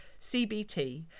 CBT